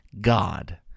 God